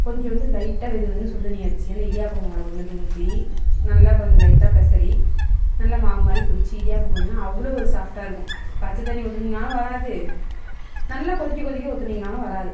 கொஞ்சோண்டு லைட்டாக வெது வெதுன்னு சுடு தண்ணியை வச்சு அந்த இடியாப்பம் மாவில் கொஞ்சோண்டு ஊற்றி நல்லா கொஞ்சம் லைட்டாக பெசரி நல்லா மாவு மாதிரி பிடிச்சி இடியாப்பம் புழிஞ்சனா அவ்வளோ ஒரு சாஃப்ட்டாயிருக்கும் பச்ச தண்ணி ஊற்றினீங்கனாலும் வராது நல்லா கொதிக்க கொதிக்க ஊற்றினீங்கனாலும் வராது